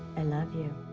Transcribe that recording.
and love you.